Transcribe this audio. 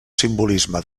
simbolisme